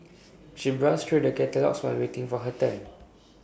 she browsed through the catalogues while waiting for her turn